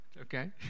okay